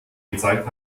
gezeigt